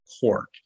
court